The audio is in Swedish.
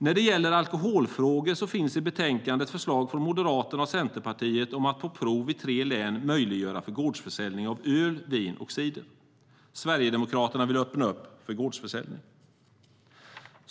När det gäller alkoholfrågor finns i betänkandet förslag från Moderaterna och Centerpartiet om att på prov i tre län möjliggöra gårdsförsäljning av öl, vin och cider. Sverigedemokraterna vill öppna upp för gårdsförsäljning.